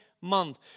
month